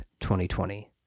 2020